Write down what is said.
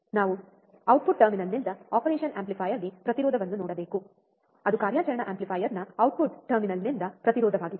ನಾವು 0 ಆಗಿರಬೇಕು ಔಟ್ಪುಟ್ ಟರ್ಮಿನಲ್ನಿಂದ ಆಪರೇಷನ್ ಆಂಪ್ಲಿಫೈಯರ್ಗೆ ಪ್ರತಿರೋಧವನ್ನು ನೋಡಬೇಕು ಅದು ಕಾರ್ಯಾಚರಣಾ ಆಂಪ್ಲಿಫೈಯರ್ನ ಔಟ್ಪುಟ್ ಟರ್ಮಿನಲ್ನಿಂದ ಪ್ರತಿರೋಧವಾಗಿದೆ